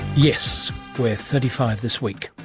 yes, we're thirty five this week,